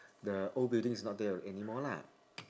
the old building is not there anymore lah